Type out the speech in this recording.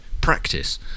practice